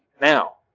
now